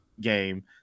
game